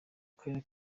akarere